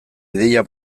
ideia